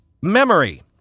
memory